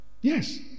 yes